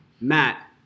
Matt